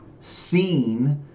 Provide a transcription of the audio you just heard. seen